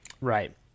Right